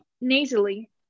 nasally